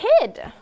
kid